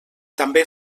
també